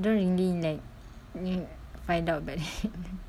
don't really like m~ find out about them